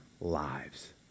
lives